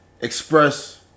express